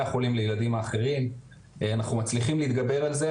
החולים לילדים האחרים אנחנו מצליחים להתגבר על זה,